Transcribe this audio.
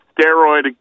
steroid